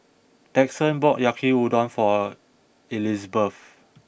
Daxton bought Yaki udon for Elizbeth